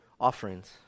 offerings